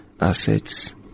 assets